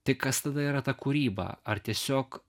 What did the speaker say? tąi kas tada yra ta kūryba ar tiesiog